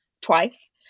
twice